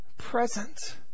present